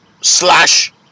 slash